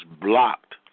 blocked